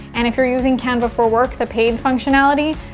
and if you're using canva for work, the paid functionality,